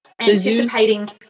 anticipating